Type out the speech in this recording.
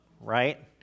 right